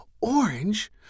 orange